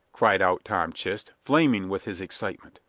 cried out tom chist, flaming with his excitement.